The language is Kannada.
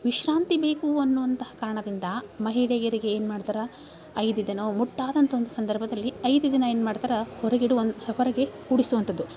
ವಿಶ್ರಾಂತಿಬೇಕು ಅನ್ನುವಂಥ ಕಾರಣದಿಂದ ಮಹಿಳೆಯರಿಗೆ ಏನು ಮಾಡ್ತಾರ ಐದು ದಿನವೂ ಮುಟ್ಟು ಆದಂಥ ಒಂದು ಸಂದರ್ಭದಲ್ಲಿ ಐದು ದಿನ ಏನ್ಮಾಡ್ತಾರ ಹೊರಗಿಡುವ ಹೊರಗೆ ಕೂಡಿಸುವಂಥದ್ದು